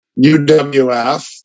UWF